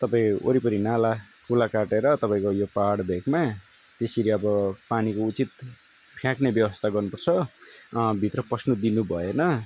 तपाईँ वरिपरि नाला खोला काटेर तपाईँको यो पहाड भेकमा त्यसरी अब पानीको उचित फ्याँक्ने व्यवस्था गर्नु पर्छ भित्र पस्नु दिनु भएन